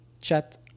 Chat